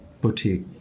boutique